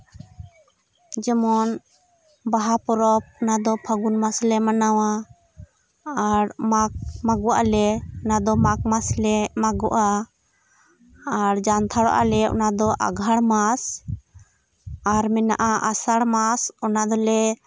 ᱡᱮᱢᱚᱱ ᱵᱟᱦᱟ ᱯᱚᱨᱚᱵ ᱚᱱᱟᱫᱚ ᱯᱷᱟᱜᱩᱱ ᱢᱟᱥ ᱞᱮ ᱢᱟᱱᱟᱣᱟ ᱟᱨ ᱢᱟᱜᱚᱜ ᱟᱞᱮ ᱚᱱᱟ ᱫᱚ ᱢᱟᱜᱽ ᱢᱟᱥᱞᱮ ᱢᱟᱜᱚᱜᱼᱟ ᱟᱨ ᱡᱟᱱᱛᱷᱟᱲᱚᱜᱼᱟᱞᱮ ᱚᱱᱟᱫᱚ ᱟᱸᱜᱷᱟᱬ ᱢᱟᱥ ᱟᱨ ᱢᱮᱱᱟᱜᱼᱟ ᱟᱥᱟᱲ ᱢᱟᱥ ᱚᱱᱟ ᱫᱚᱞᱮ